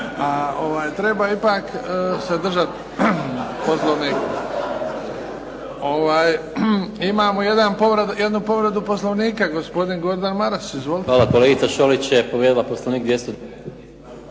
treba ipak se držati Poslovnika. Imamo jednu povredu Poslovnika gospodin Gordan Maras, izvolite. **Maras, Gordan (SDP)** Kolegica Šolić je povrijedila Poslovnik. Nije